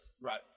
Right